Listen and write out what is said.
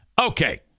Okay